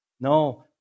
No